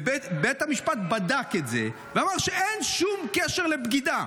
ובית המשפט בדק את זה ואמר שאין שום קשר לבגידה.